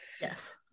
Yes